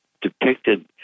depicted